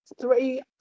three